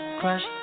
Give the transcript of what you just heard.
crush